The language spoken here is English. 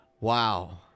Wow